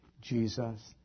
Jesus